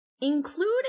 including